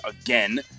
again